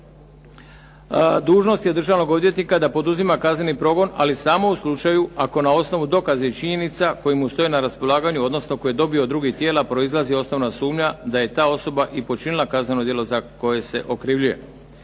dužnost je državnog odvjetnika da poduzima kazneni progon, ali samo u slučaju ako na osnovu dokaza i činjenica koje mu stoje na raspolaganju, odnosno koje je dobio od drugih tijela, proizlazi osnovna sumnja da je ta osoba i počinila kazneno djelo za koje se okrivljuje.